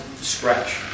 scratch